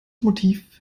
motiv